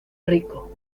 rico